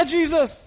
Jesus